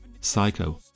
Psycho